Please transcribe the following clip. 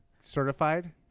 certified